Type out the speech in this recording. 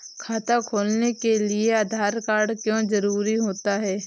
खाता खोलने के लिए आधार कार्ड क्यो जरूरी होता है?